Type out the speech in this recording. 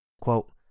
Quote